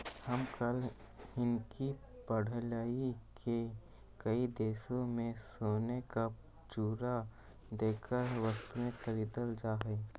हम कल हिन्कि पढ़लियई की कई देशों में सोने का चूरा देकर वस्तुएं खरीदल जा हई